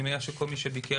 אני מניח שכל מי שביקר